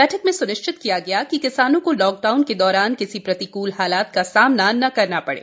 बैठक में स्निश्चित किया गया कि किसानों को लॉकडाउन के दौरान किसी प्रतिकूल हालात का सामना न करना पड़े